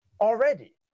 already